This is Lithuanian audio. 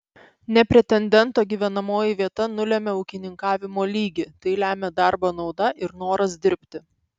ne pretendento gyvenamoji vieta nulemia ūkininkavimo lygį tai lemia darbo nauda ir noras dirbti